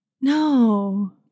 No